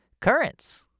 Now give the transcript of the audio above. Currents